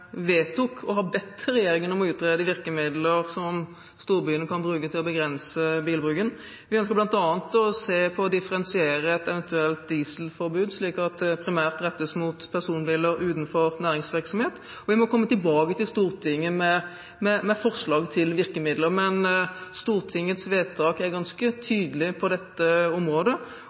regjeringen om å utrede virkemidler som storbyene kan bruke til å begrense bilbruken. Vi ønsker bl.a. å se på et eventuelt differensiert dieselforbud, slik at det primært rettes mot personbiler utenfor næringsvirksomhet. Vi må komme tilbake til Stortinget med forslag til virkemidler. Men Stortingets vedtak er ganske